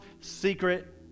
secret